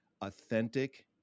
Authentic